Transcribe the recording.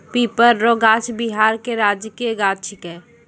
पीपर रो गाछ बिहार के राजकीय गाछ छिकै